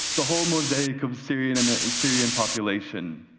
the whole mosaic of syrian um ah and syrian population.